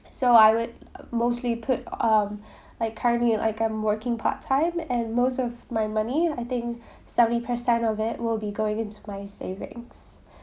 so I would mostly put um like currently like I'm working part time and most of my money I think seventy percent of it will be going into my savings